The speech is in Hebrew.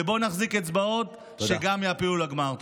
ובואו נחזיק אצבעות שגם יעפילו לגמר.